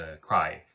cry